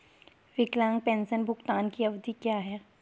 विकलांग पेंशन भुगतान की अवधि क्या है?